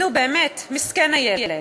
נו באמת, מסכן הילד.